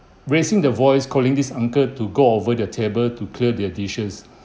raising their voice calling this uncle to go over their table to clear their dishes